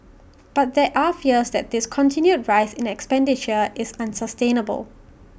but there are fears that this continued rise in expenditure is unsustainable